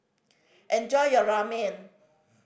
enjoy your Ramen